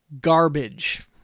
garbage